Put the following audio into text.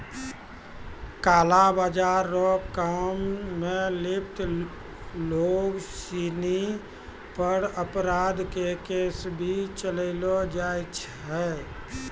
काला बाजार रो काम मे लिप्त लोग सिनी पर अपराध के केस भी चलैलो जाय छै